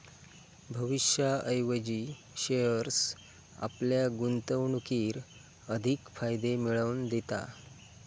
भविष्याऐवजी शेअर्स आपल्या गुंतवणुकीर अधिक फायदे मिळवन दिता